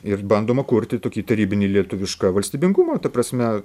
ir bandoma kurti tokį tarybinį lietuvišką valstybingumą ta prasme